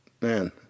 man